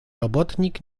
robotnik